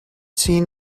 seen